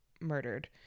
murdered